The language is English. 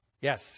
Yes